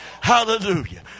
Hallelujah